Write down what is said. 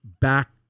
back